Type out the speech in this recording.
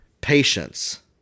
patience